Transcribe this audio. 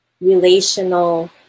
relational